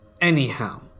Anyhow